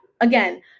again